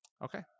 Okay